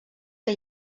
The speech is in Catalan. que